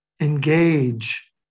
engage